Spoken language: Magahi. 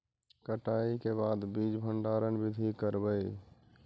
कटाई के बाद बीज भंडारन बीधी करबय?